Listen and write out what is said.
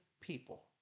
people